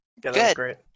Good